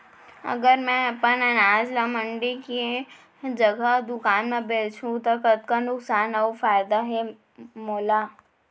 अगर मैं अपन अनाज ला मंडी के जगह दुकान म बेचहूँ त कतका नुकसान अऊ फायदा हे मोला?